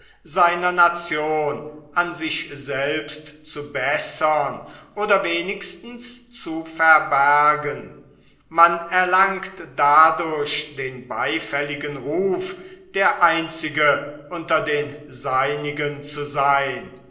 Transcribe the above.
seiner nation an sich selbst zu bessern oder wenigstens zu verbergen man erlangt dadurch den beifälligen ruf der einzige unter den seinigen zu seyn